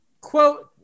Quote